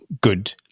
good